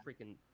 freaking